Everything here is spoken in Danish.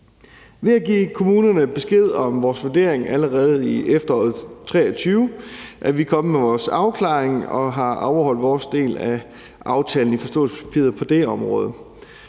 Ved at give kommunerne besked om vores vurdering allerede i efteråret 2023 er vi kommet med vores afklaring og har overholdt vores del af aftalen i forståelsespapiret på det område.